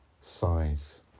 Size